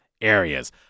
areas